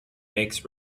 makes